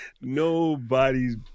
nobody's